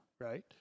right